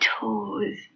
toes